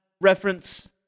reference